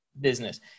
business